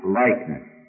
likeness